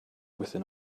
within